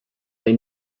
they